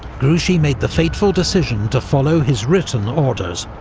grouchy made the fateful decision to follow his written orders,